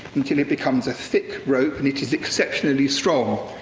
until it becomes a thick rope and it is exceptionally strong.